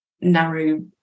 narrow